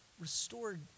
restored